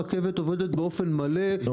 הרכבת עובדת באופן מלא.